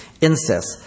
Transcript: Incest